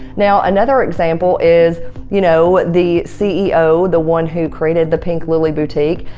now, another example is you know the ceo the one who created the pink lily boutique.